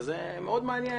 וזה מאוד מעניין.